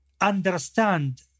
understand